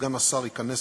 סגן השר ייכנס